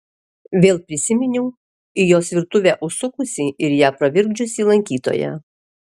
vėl prisiminiau į jos virtuvę užsukusį ir ją pravirkdžiusį lankytoją